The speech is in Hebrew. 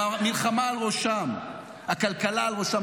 מלחמה על ראשם, הכלכלה על ראשם.